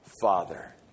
Father